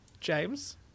James